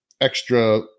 extra